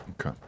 Okay